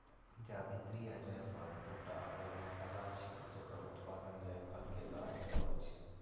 जावित्री आ जायफल, दूटा अलग मसाला छियै, जकर उत्पादन जायफल के गाछ सं होइ छै